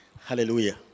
Hallelujah